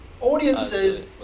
audiences